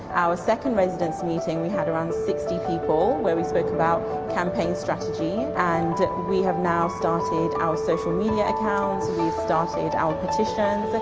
our second residents' meeting we had around sixty people. we spoke about campaign strategy. and we have now started our social media account. we've started our petition.